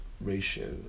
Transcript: ratio